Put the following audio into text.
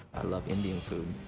i love indian food,